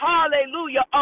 Hallelujah